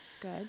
Good